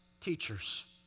teachers